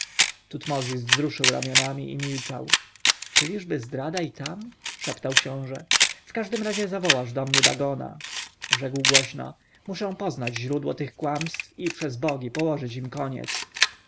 tutmozis wzruszył ramionami i milczał czyliżby zdrada i tam szepnął książę w każdym razie zawołasz do mnie dagona rzekł głośno muszę poznać źródło tych kłamstw i przez bogi położyć im koniec